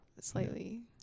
slightly